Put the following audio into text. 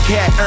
Cat